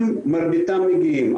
מרביתם מגיעים.